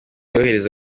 yohereza